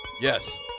yes